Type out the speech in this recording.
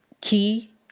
key